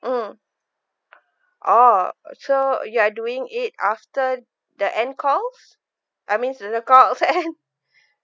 mm oh so you're doing it after the end call I mean when the call ends